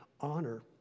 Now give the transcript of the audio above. honor